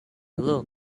look